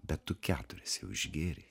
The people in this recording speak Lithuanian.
bet tu keturias jau ušgėrei